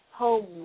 home